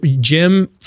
Jim